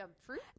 fruit